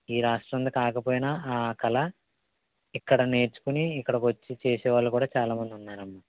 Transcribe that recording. ఈ రాష్ట్రంది కాకపోయినా ఆ కళ ఇక్కడ నేర్చుకుని ఇక్కడకు వచ్చి చేసే వాళ్ళు కూడా చాలామంది ఉన్నారమ్మ